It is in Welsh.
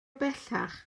bellach